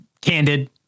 candid